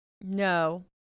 No